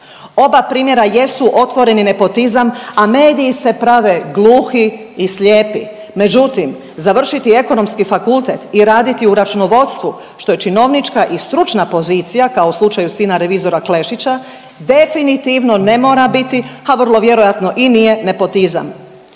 Oba primjera jesu otvoreni nepotizam, a mediji se prave gluhi i slijepi, međutim završiti Ekonomski fakultet i raditi u računovodstvu, što je činovnička i stručna pozicija, kao u slučaju sina revizora Klešića definitivno ne mora biti, a vrlo vjerojatno i nije nepotizam.